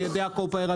על ידי הקואופרטיבים,